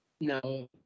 No